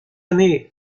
année